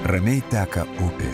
ramiai teka upė